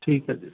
ਠੀਕ ਹੈ ਜੀ